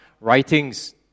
writings